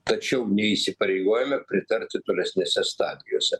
tačiau neįsipareigojame pritarti tolesnėse stadijose